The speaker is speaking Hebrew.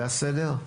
זה הסדר?